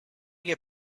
get